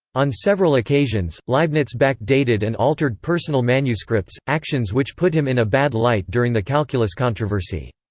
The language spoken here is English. on several occasions, leibniz backdated and altered personal manuscripts, actions which put him in a bad light during the calculus controversy.